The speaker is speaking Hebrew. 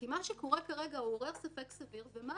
כי מה שקורה כרגע הוא שהוא עורר ספק סביר ומה